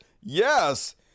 yes